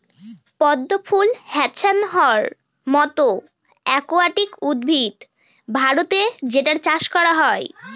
পদ্ম ফুল হ্যাছান্থর মতো একুয়াটিক উদ্ভিদ ভারতে যেটার চাষ করা হয়